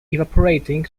evaporating